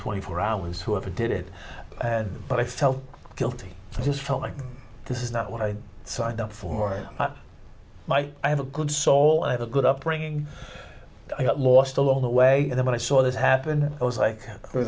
twenty four hours whoever did it and but i felt guilty i just felt like this is not what i signed up for my i have a good soul i have a good upbringing i got lost along the way and then when i saw this happen i was like